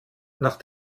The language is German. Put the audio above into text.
nach